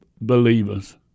believers